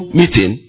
meeting